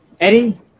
Eddie